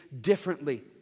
differently